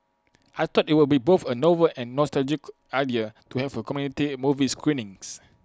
I thought IT would be both A novel and nostalgic idea to have community movie screenings